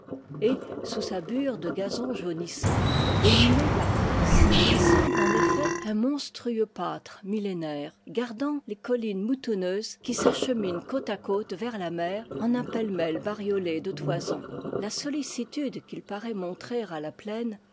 et sous sa bure de gazon jau nissant élimée par places il semble en effet un mons trueux pâtre millénaire gardant les collines moutonneuses qui s'acheminent côte à côte vers la mer en un pêle-mêle bariolé de toisons la sollicitude qu'il paraît montrer à la plaine